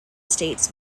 states